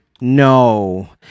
No